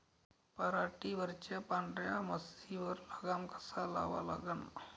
पराटीवरच्या पांढऱ्या माशीवर लगाम कसा लावा लागन?